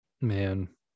Man